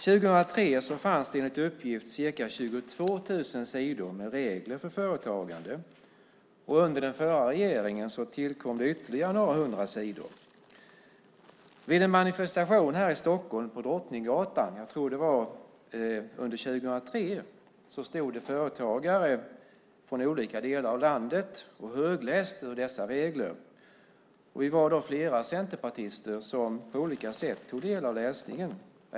År 2003 fanns enligt uppgift 22 000 sidor med regler för företagande. Under den förra regeringen tillkom ytterligare några hundra sidor. Vid en manifestation här i Stockholm på Drottninggatan - jag tror att det var under 2003 - stod det företagare från olika delar av landet och högläste ur dessa regler. Vi var flera centerpartister som på olika sätt deltog i läsningen.